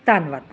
ਧੰਨਵਾਦ